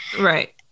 right